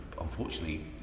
unfortunately